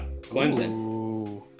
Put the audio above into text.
Clemson